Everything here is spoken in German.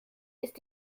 ist